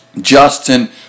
Justin